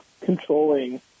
controlling